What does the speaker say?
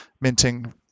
minting